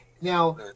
Now